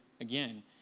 again